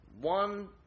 One